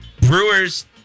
brewer's